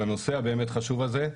בנושא הבאמת חשוב הזה.